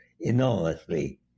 enormously